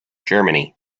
germany